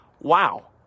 Wow